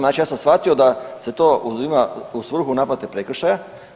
Znači ja sam shvatio da se to uzima u svrhu naplate prekršaja.